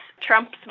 Trump's